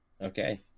okay